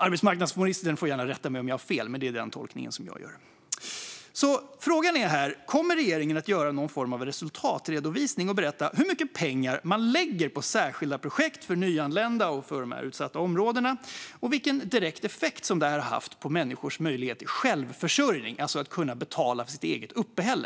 Arbetsmarknadsministern får gärna rätta mig om jag har fel, men det är den tolkning jag gör. Frågan är: Kommer regeringen att göra någon form av resultatredovisning och berätta hur mycket pengar man lägger på särskilda projekt för nyanlända och utsatta områden och vilken direkt effekt det haft på människors möjlighet till självförsörjning, alltså att betala för sitt eget uppehälle?